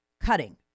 cutting